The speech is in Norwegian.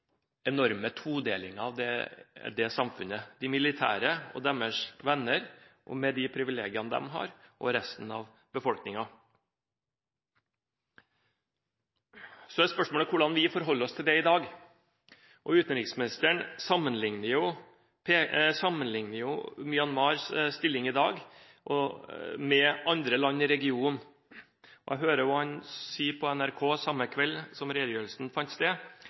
enorme todelingen av samfunnet: de militære og deres venner, med de privilegiene de har, og resten av befolkningen. Så er spørsmålet: Hvordan forholder vi oss til det i dag? Utenriksministeren sammenlikner jo Myanmars stilling i dag med andre land i regionen. Jeg hørte at han sa på NRK samme kveld som redegjørelsen fant sted,